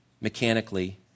mechanically